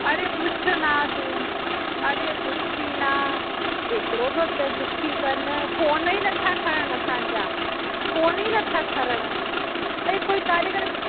अड़े पुछ न तूं अड़े पुछ ई न हेतिरो तो त दुखी कनि फोन ई नथा खणनि असांजा फोन ई नथा खणण ऐं कोई कारीगर